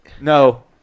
No